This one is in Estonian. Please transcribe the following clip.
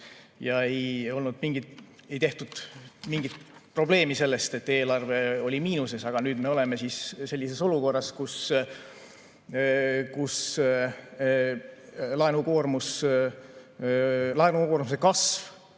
ja ei tehtud mingit probleemi sellest, et eelarve oli miinuses. Aga nüüd me oleme olukorras, kus laenukoormuse kasv